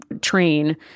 train